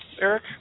eric